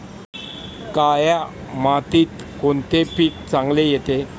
काळ्या मातीत कोणते पीक चांगले येते?